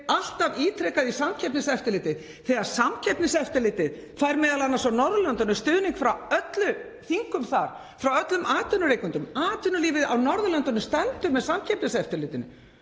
alltaf í Samkeppniseftirlitið, þegar Samkeppniseftirlitið fær m.a. á Norðurlöndunum stuðning frá öllum þingum þar, frá öllum atvinnurekendum. Atvinnulífið á Norðurlöndunum stendur með Samkeppniseftirlitinu.